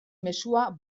mezua